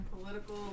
Political